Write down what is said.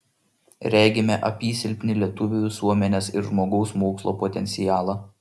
regime apysilpnį lietuvių visuomenės ir žmogaus mokslo potencialą